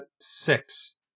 six